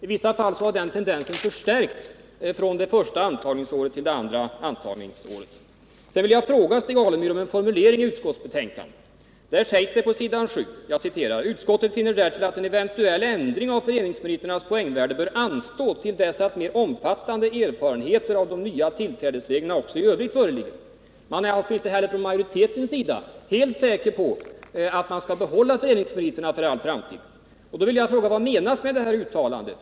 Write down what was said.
I vissa fall har den tendensen förstärkts från det första antagningsåret till det andra antagningsåret. ”Utskottet finner därtill att en eventuell ändring av föreningsmeriternas poängvärde bör anstå till dess att mer omfattande erfarenheter av de nya tillträdesreglerna också i övrigt föreligger.” Man är alltså inte heller från majoritetens sida helt säker på att man skall behålla föreningsmeriterna för all framtid. Därför vill jag fråga: Vad menas med detta uttalande.